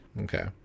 okay